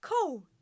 cool